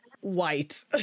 white